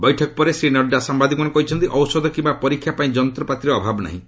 ବୈଠକ ପରେ ଶ୍ରୀ ନଡ୍ଗା ସାମ୍ବାଦିକମାନଙ୍କୁ କହିଛନ୍ତି ଔଷଧ କିମ୍ବା ପରୀକ୍ଷା ପାଇଁ ଯନ୍ତ୍ରପାତିର ଅଭାବ ନାହିଁ